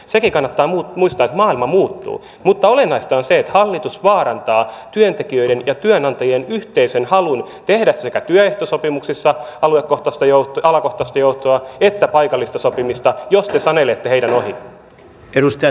sekin kannattaa muistaa että maailma muuttuu mutta olennaista on se että hallitus vaarantaa työntekijöiden ja työnantajien yhteisen halun tehdä sekä työehtosopimuksissa alakohtaista joustoa että paikallista sopimista jos te sanelette heidän ohitseen